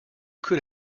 could